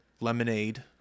lemonade